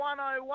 101